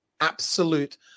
absolute